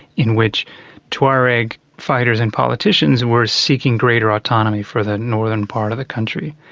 in which tuareg fighters and politicians were seeking greater autonomy for the northern part of the country.